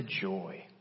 joy